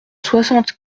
soixante